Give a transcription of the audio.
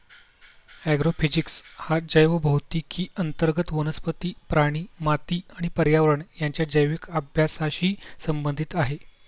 agrophysics हा जैवभौतिकी अंतर्गत वनस्पती, प्राणी, माती आणि पर्यावरण यांच्या जैविक अभ्यासाशी संबंधित आहे